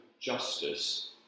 justice